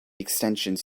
extensions